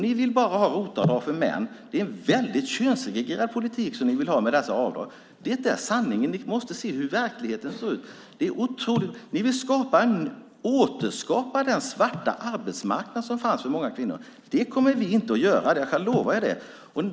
Ni vill bara ha ROT-avdrag för män. Det är en väldigt könssegregerad politik som ni vill ha med dessa avdrag. Ni måste se hur verkligheten ser ut! Det är otroligt: Ni vill återskapa den svarta arbetsmarknad som fanns tidigare för många kvinnor. Det kommer vi inte att göra. Jag kan lova er det.